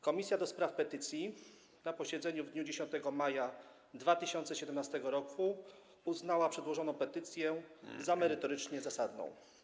Komisja do Spraw Petycji na posiedzeniu w dniu 10 maja 2017 r. uznała przedłożoną petycję za merytorycznie zasadną.